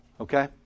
Okay